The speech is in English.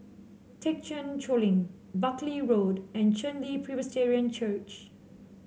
Thekchen Choling Buckley Road and Chen Li Presbyterian Church